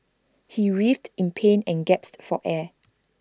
he writhed in pain and gasped for air